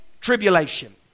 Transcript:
tribulation